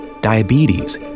diabetes